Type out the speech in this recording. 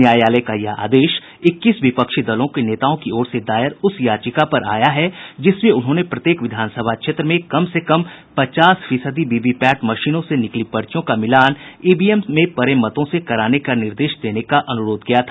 न्यायालय का यह आदेश इक्कीस विपक्षी दलों के नेताओं की ओर से दायर उस याचिका पर आया है जिसमें उन्होंने प्रत्येक विधानसभा क्षेत्र से कम से कम पचास फीसदी वीवीपैट मशीनों से निकली पर्चियों का मिलान ईवीएम से पड़े मतों से कराने का निर्देश देने का अनुरोध किया था